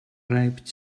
reibt